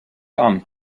armed